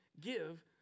Give